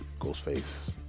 Ghostface